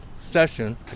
session